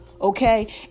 Okay